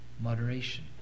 moderation